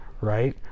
right